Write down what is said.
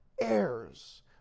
heirs